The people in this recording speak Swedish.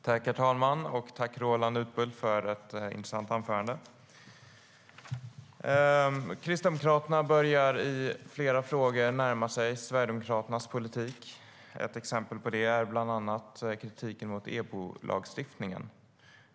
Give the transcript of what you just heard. Herr talman! Tack, Roland Utbult, för ett intressant anförande! Kristdemokraterna börjar i flera frågor närma sig Sverigedemokraternas politik. Ett exempel på detta är kritiken mot EBO-lagstiftningen.